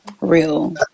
real